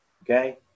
Okay